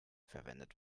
verwendet